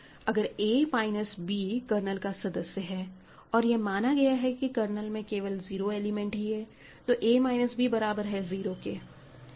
अगर a minus b kernel का सदस्य है और यह माना गया है कि कर्नल में केवल 0 एलिमेंट ही है तो a माइनस b बराबर है 0 के